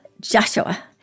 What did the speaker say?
Joshua